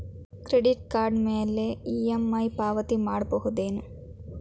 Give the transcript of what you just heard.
Credit card ಮ್ಯಾಲೆ EMI ಪಾವತಿ ಮಾಡ್ಬಹುದೇನು?